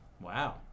Wow